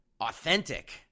authentic